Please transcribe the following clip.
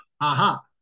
aha